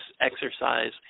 exercise